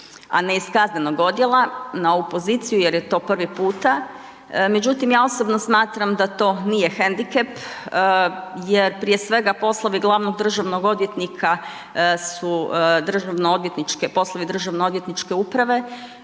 a ne iz kaznenog odjela na ovu poziciju jer je to prvi puta, međutim ja osobno smatram da to nije hendikep jer prije svega poslovi glavnog državnog odvjetnika su poslovi državno odvjetničke uprave,